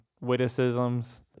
witticisms